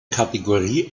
kategorie